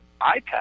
iPad